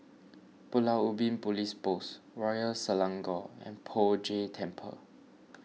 Pulau Ubin Police Post Royal Selangor and Poh Jay Temple